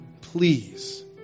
please